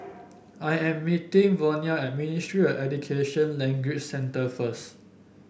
I am meeting Vonnie at Ministry Education Language Center first